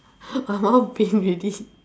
my mouth pain already